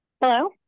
Hello